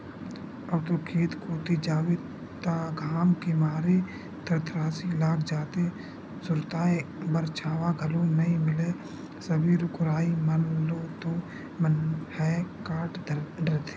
अब तो खेत कोती जाबे त घाम के मारे थरथरासी लाग जाथे, सुरताय बर छांव घलो नइ मिलय सबे रुख राई मन ल तो मनखे मन ह काट डरथे